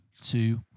two